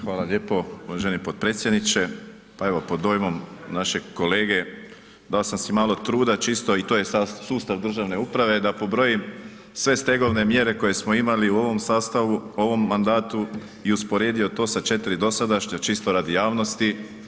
Hvala lijepo uvaženi potpredsjedniče, pa evo pod dojmom našeg kolege dao sam si malo truda čisto i to je sustav državne uprave da pobrojim sve stegovne mjere koje smo imali u ovom sastavu, u ovom mandatu i usporedio to sa 4 dosadašnja čisto radi javnosti.